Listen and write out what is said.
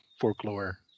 folklore